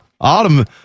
autumn